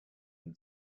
than